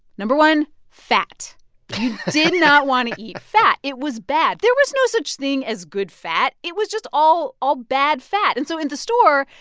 no. one fat you did not want to eat fat. it was bad. there was no such thing as good fat. it was just all all bad fat. and so in the store,